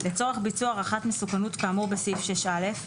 לצורך ביצוע הערכת מסוכנות כאמור בסעיף 6א,